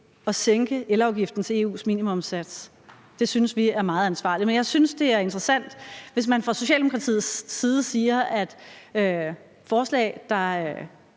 at sænke elafgiften til EU's minimumssats, og det synes vi er meget ansvarligt. Men jeg synes, det er interessant, hvis man fra Socialdemokratiets side siger, at forslag, der